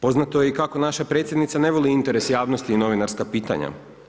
Poznato je i kako naša predsjednica ne voli interes javnosti i novinarska pitanja.